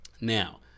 Now